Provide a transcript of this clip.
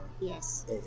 Yes